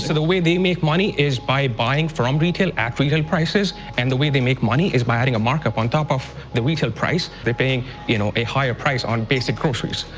so the way they make money is by buying from retail at retail prices, and the way they make money is by adding a markup on top of the retail price. they're paying you know a higher price on basic groceries.